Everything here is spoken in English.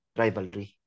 rivalry